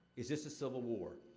is this a civil war?